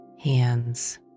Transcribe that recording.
hands